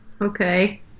okay